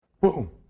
boom